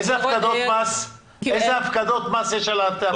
איזה הטבות מס יש על ההפקדות האלה?